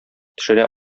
төшерә